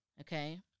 okay